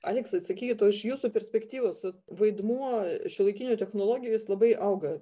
aleksai sakykit o iš jūsų perspektyvos vaidmuo šiuolaikinių technologijų jis labai auga